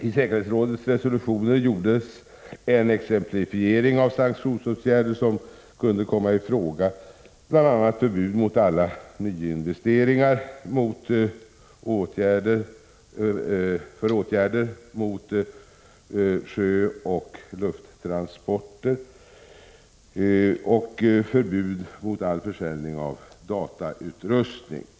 I säkerhetsrådets resolutioner gjordes en exemplifiering av sanktionsåtgärder som kunde komma i fråga, bl.a. förbud mot alla nyinvesteringar, begränsningar gällande sjöoch lufttransporter samt förbud mot all försäljning av datautrustning.